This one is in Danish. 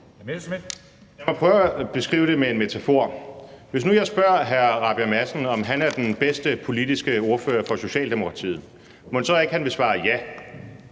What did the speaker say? Jeg vil prøve at beskrive det med en metafor. Hvis nu jeg spørger hr. Christian Rabjerg Madsen, om han er den bedste politiske ordfører for Socialdemokratiet, mon så ikke han vil svare ja?